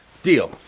deal.